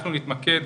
אנחנו נתמקד